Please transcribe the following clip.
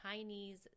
Chinese